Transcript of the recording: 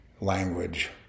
language